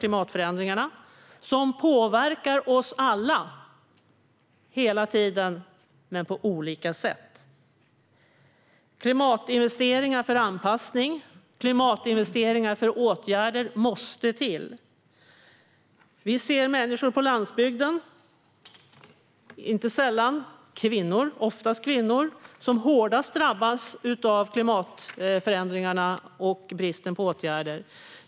Klimatförändringarna påverkar oss alla, hela tiden men på olika sätt. Klimatinvesteringar för anpassning och klimatinvesteringar för åtgärder måste till. Vi ser att människor på landsbygden, oftast kvinnor, drabbas hårdast av klimatförändringarna och bristen på åtgärder.